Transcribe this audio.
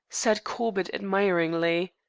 said corbett admiringly.